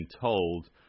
told